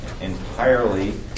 entirely